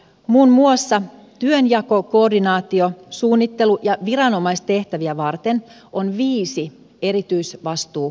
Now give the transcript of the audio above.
muun muassa työnjako koordinaatio suunnittelu ja viranomaistehtäviä varten on viisi erityisvastuualuetta